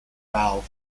valve